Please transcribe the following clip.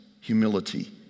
humility